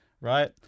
right